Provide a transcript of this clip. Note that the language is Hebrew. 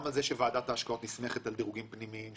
גם על זה שוועדת ההשקעות נסמכת על דירוגים פנימיים,